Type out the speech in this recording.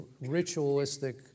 ritualistic